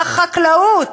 החקלאות,